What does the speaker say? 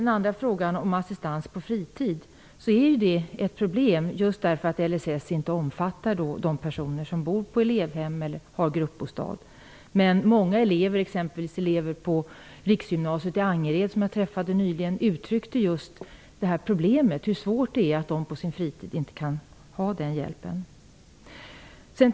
Den andra frågan gäller assistans på fritiden. Det är ett problem eftersom LSS inte omfattar de personer som bor på elevhem eller har gruppbostad. Många av de elever som jag nyligen träffade på riksgymnasiet i Angered påtalade det här problemet. Det är svårt att inte få den hjälpen på sin fritid.